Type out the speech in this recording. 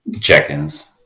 check-ins